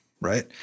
right